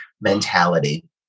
mentality